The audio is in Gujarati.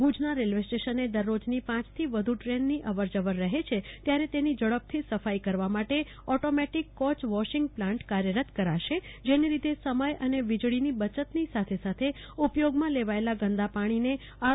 ભુજના રેલ્વે સ્ટેશનને દરરોજની પાંચ થી વધુ ટ્રેનની અવરજવર રહે છે ત્યારે તેની ઝડપથી સફોઈ કરેવા માટે ઓટોમેટિક કોચ વોશિંગ પ્લાન્ટ કાર્યરત કરાશે જેને લીધે સમય અને વિજેળીની બચતની સાથે સાથે ઉપયોગમાં લેવાયેલા ગંદા ્પાણીને આર